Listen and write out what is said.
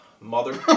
mother